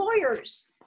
lawyers